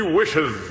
wishes